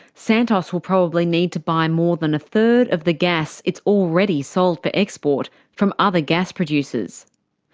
santos will probably need to buy more than a third of the gas it's already sold for export from other gas producers.